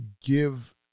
give